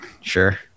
sure